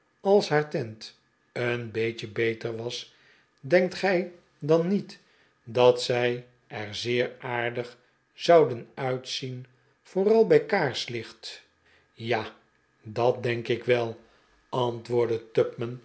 als haar teint een beetje beter was denkt gij dan niet dat zij er zeer aardig zouden uitzien vooral bij kaarslicht ja dat denk ik wel antwoordde